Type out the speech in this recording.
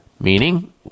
meaning